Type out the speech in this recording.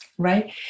Right